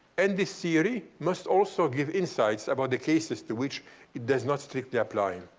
and this theory must also give insights about the cases to which it does not strictly apply.